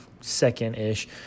second-ish